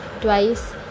twice